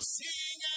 sing